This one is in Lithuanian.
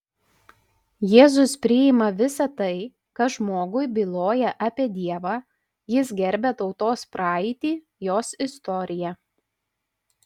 jėzus priima visa tai kas žmogui byloja apie dievą jis gerbia tautos praeitį jos istoriją